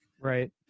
Right